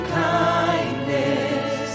kindness